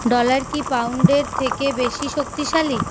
dollar কি পাউন্ডের থেকে বেশি শক্তিশালী